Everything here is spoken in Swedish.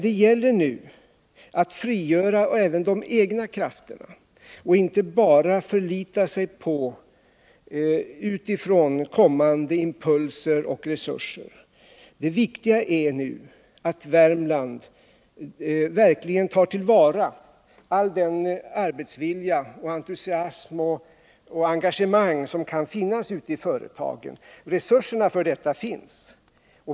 Det gäller nu att frigöra även de egna krafterna och inte bara förlita sig på utifrån kommande impulser och resurser. Det viktiga är 133 att Värmland verkligen tar till vara all den arbetsvilja, all den entusiasm och allt det engagemang som kan finnas ute i företagen. Resurserna för detta finns.